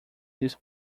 his